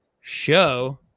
show